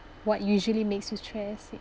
what usually makes you stressed